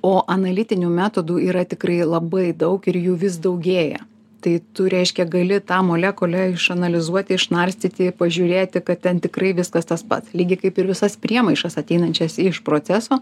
o analitinių metodų yra tikrai labai daug ir jų vis daugėja tai tu reiškia gali tą molekulę išanalizuoti išnarstyti pažiūrėti kad ten tikrai viskas tas pats lygiai kaip ir visas priemaišas ateinančias iš proceso